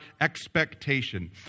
expectation